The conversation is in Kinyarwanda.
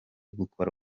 gukora